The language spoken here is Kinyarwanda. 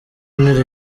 nkiri